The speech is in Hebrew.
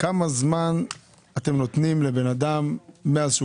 כמה זמן אתם נותנים לבן אדם מאז שהוא